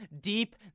deep